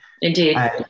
Indeed